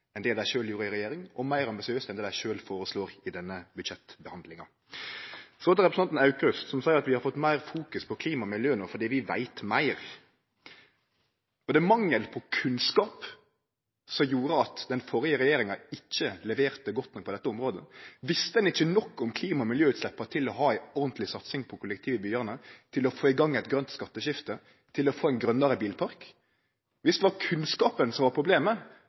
enn det dei sjølve gjorde i regjering, og meir ambisiøst enn det dei sjølve føreslår i denne budsjettbehandlinga. Så til representanten Aukrust, som seier at vi har fått meir fokus på klima og miljø no fordi vi veit meir. Var det mangel på kunnskap som gjorde at den førre regjeringa ikkje leverte godt nok på dette området? Visste ein ikkje nok om klima- og miljøutsleppa til å ha ei ordentlig satsing på kollektiv i byane, til å få i gang eit grønt skatteskifte, til å få ein grønare bilpark? Viss det var kunnskapen som var problemet,